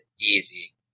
easy